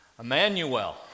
Emmanuel